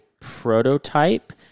prototype